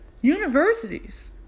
Universities